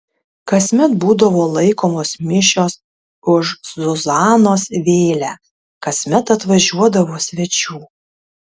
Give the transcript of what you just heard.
kasmet būdavo laikomos mišios už zuzanos vėlę kasmet atvažiuodavo svečių